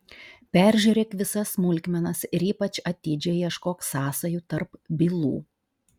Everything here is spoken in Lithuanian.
peržiūrėk visas smulkmenas ir ypač atidžiai ieškok sąsajų tarp bylų